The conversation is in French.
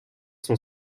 son